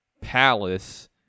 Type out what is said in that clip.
palace